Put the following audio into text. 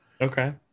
Okay